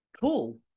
Cool